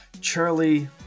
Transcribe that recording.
Charlie